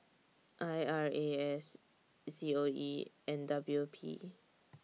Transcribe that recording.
I R A S C O E and W P